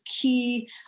key